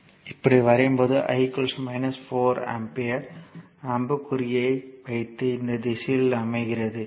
இப்படி வரையும் போது I 4 ஆம்பியர் அம்புக்குறியை வைத்து இந்த திசையில் அமைகிறது